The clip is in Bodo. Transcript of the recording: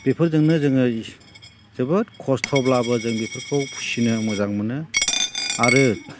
बेफोरजोंनो जोङो जोबोद खस्थ'ब्लाबो जों बेफोरखौ फिसिनो मोजां मोनो आरो